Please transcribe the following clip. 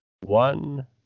one